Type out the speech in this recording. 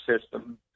system